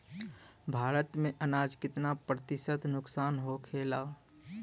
भारत में अनाज कितना प्रतिशत नुकसान होखेला?